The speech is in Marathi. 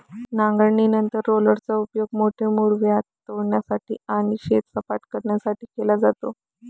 नांगरणीनंतर रोलरचा उपयोग मोठे मूळव्याध तोडण्यासाठी आणि शेत सपाट करण्यासाठी केला जातो